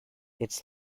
its